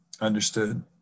understood